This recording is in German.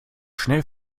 schnell